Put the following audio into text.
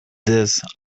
this